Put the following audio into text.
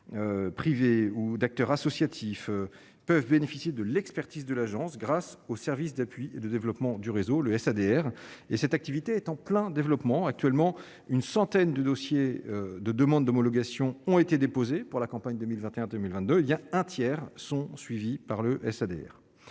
privés ou d'acteurs associatifs peuvent bénéficier de l'expertise de l'agence grâce au service d'appui et de développement du réseau, le SDR et cette activité est en plein développement actuellement une centaine de dossiers de demandes d'homologation, ont été déposées pour la campagne 2021 2022 il y a un tiers sont suivis par le dire